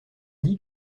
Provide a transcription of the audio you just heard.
dit